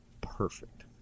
perfect